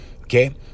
Okay